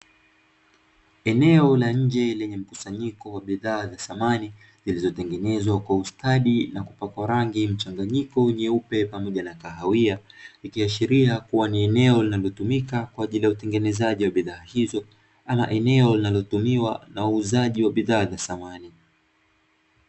Eneo la nje lenye mkusanyiko wa bidhaa za samani, zilizotengenezwa kwa ustadi na kupakwa rangi mchanganyiko nyeupe pamoja na kahawia, likiashiria kuwa ni eneo linalotumika kwa ajili ya utengenezaji wa bidhaa hizo, ama eneo linalotumiwa na uuzaji wa bidhaa za samani.